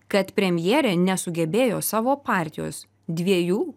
kad premjerė nesugebėjo savo partijos dviejų